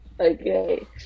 Okay